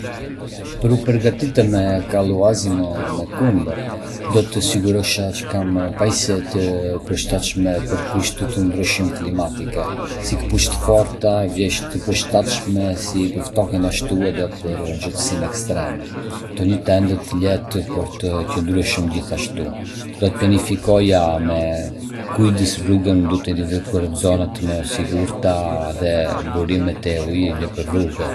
Për me u përgatitë me kalu Azinë me këmbë, do të sigurohesha që kam pajisje të përshtatshme për kushte të ndryshme klimatike, si këpucë të fortë, veshje të përshtatshme si për ftohtin ashtu edhe për nxehtësinë ekstreme, dhe një tendë të lehtë por të qëndrueshme. Gjithashtu, do të planifikoja me kujdes rrugën, duke identifikuar zonat më të sigurta dhe burimet e ujit nëpër rrugë.